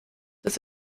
des